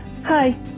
Hi